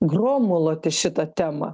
gromuluoti šitą temą